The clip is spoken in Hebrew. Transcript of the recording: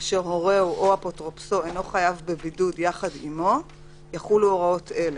אשר הורהו או אפוטרופסו אינו חייב בבידוד יחד עמו יחולו הוראות אלה: